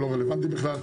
זה לא רלוונטי בכלל,